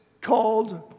called